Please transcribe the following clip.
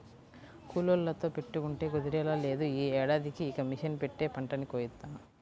కూలోళ్ళతో పెట్టుకుంటే కుదిరేలా లేదు, యీ ఏడాదికి ఇక మిషన్ పెట్టే పంటని కోయిత్తాను